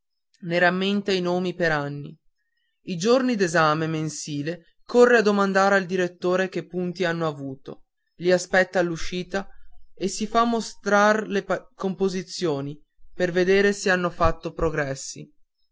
rammenta i nomi per anni i giorni d'esame mensile corre a domandar al direttore che punti hanno avuto li aspetta all'uscita e si fa mostrar le composizioni per vedere se hanno fatto progressi